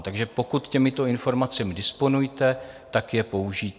Takže pokud těmito informacemi disponujete, tak je použijte.